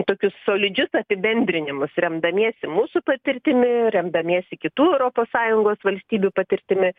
tokius solidžius apibendrinimus remdamiesi mūsų patirtimi remdamiesi kitų europos sąjungos valstybių patirtimi